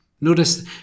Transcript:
Notice